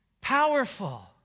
Powerful